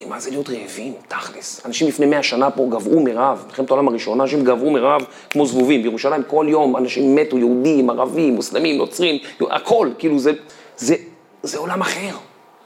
מה זה להיות רעבים? תכלס. אנשים לפני מאה שנה פה גוועו מרעב, במלחמת העולם הראשון, אנשים גוועו מרעב כמו זבובים. בירושלים כל יום אנשים מתו, יהודים, ערבים, מוסלמים, נוצרים, הכול. כאילו, זה... זה עולם אחר.